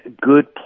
good